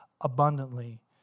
abundantly